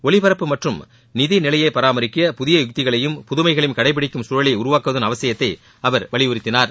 ஒலிபரப்பு மற்றும் நிதிநிலையை பராமரிக்க புதிய யுக்திகளையும் புதுமைகளையும் கடைபிடிக்கும் சூழலை உருவாக்குவதன் அவசியத்தை வலியுறுத்தினார்